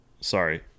sorry